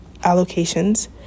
allocations